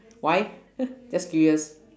why just curious